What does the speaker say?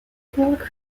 crowned